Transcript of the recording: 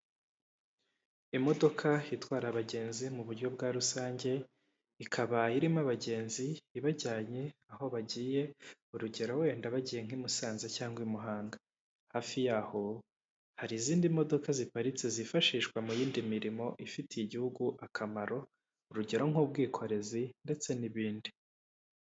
Imodoka itwara abagenzi mu buryo bwa rusange ikaba irimo abagenzi ibajyanye aho bagiye urugero wenda bagiye nk'i Musanze cyangwa i Muhanga hafi yaho hari izindi modoka ziparitse zifashishwa mu y'indi mirimo ifitiye igihugu akamaro urugero nk'ubwikorezi ndetse n'ibindi.